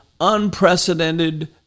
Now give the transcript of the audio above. unprecedented